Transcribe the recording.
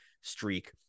streak